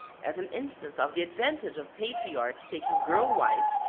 as an instance of the advantage of patriarchs taking girl wives,